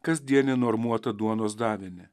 kasdienį normuotą duonos davinį